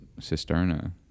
cisterna